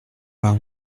par